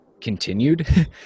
continued